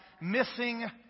missing